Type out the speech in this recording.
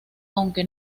aunque